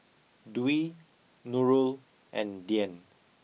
Dwi Nurul and Dian